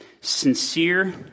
sincere